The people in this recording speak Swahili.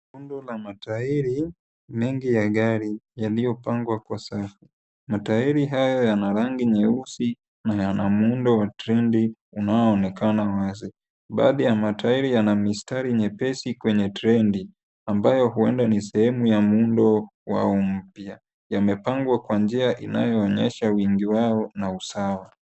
Rundo la matairi mengi ya gari yaliyopangwa kwa safu. Matairi haya yana rangi nyeusi na yana muundo wa trendi unaoonekana wazi. Baadhi ya matairi yana mistari nyepesi kwenye trendi ambayo huenda ni sehemu ya muundo wao mpya . Yamepangwa kwa njia inayoonyesha wingi wao na usawa.